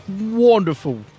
Wonderful